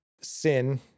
Sin